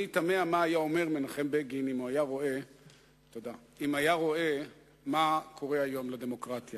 אני תמה מה היה אומר מנחם בגין אם היה רואה מה קורה היום לדמוקרטיה,